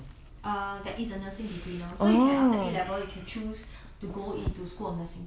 err there is a nursing degree now so you can after A level you can choose to go into school of nursing